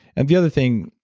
and the other thing,